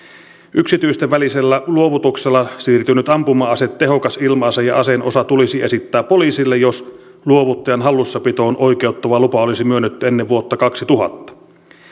yksityisten välisellä luovutuksella siirtynyt ampuma ase tehokas ilma ase ja aseen osa tulisi esittää poliisille jos luovuttajan hallussapitoon oikeuttava lupa olisi myönnetty ennen vuotta kaksituhatta